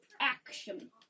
action